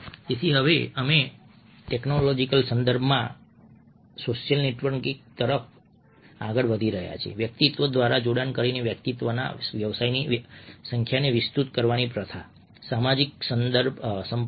તેથી હવે અમે ટેક્નોલોજીકલ સંદર્ભમાં સોશિયલ નેટવર્કિંગ તરફ આગળ વધી રહ્યા છીએ વ્યક્તિઓ દ્વારા જોડાણ કરીને વ્યક્તિના વ્યવસાયની સંખ્યાને વિસ્તૃત કરવાની પ્રથા સામાજિક સંપર્ક